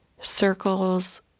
circles